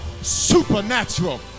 supernatural